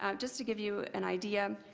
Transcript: um just to give you an idea,